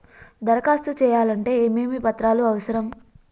దరఖాస్తు చేయాలంటే ఏమేమి పత్రాలు అవసరం?